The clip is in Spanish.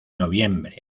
noviembre